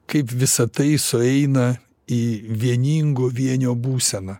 kaip visa tai sueina į vieningo vienio būseną